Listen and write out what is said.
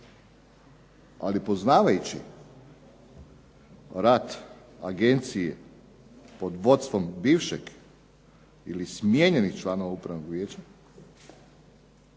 Ali poznavajući rad agencije pod vodstvom bivšeg ili smijenjenim članom upravnog vijeća,